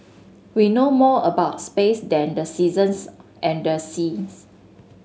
we know more about space than the seasons and the seas